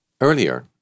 Earlier